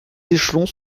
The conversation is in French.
échelons